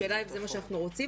השאלה אם זה מה שאנחנו רוצים,